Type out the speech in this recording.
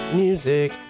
music